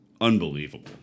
unbelievable